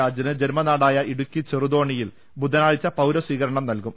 രാജന് ജന്മനാടായ ഇടുക്കി ചെറുതോ ണിയിൽ ബുധനാഴ്ച പൌര സ്വീകരണം നൽകും